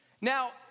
Now